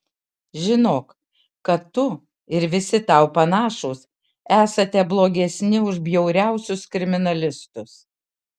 žinok kad tu ir visi tau panašūs esate blogesni už bjauriausius kriminalistus